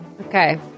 Okay